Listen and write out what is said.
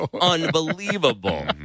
unbelievable